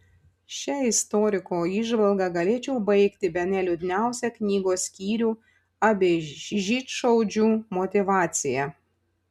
šia istoriko įžvalga galėčiau baigti bene liūdniausią knygos skyrių apie žydšaudžių motyvaciją